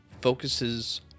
focuses